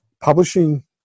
publishing